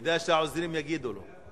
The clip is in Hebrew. כדאי שהעוזרים יגידו לו.